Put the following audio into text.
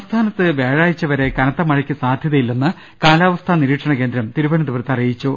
സംസ്ഥാനത്ത് വ്യാഴാഴ്ച വരെ കനത്ത് മഴയ്ക്ക് സാധ്യത യില്ലെന്ന് കാലാവസ്ഥാ നിരീക്ഷണ കേന്ദ്രം തിരുവനന്തപുരത്ത് അറിയിച്ചു